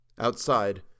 Outside